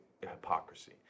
hypocrisy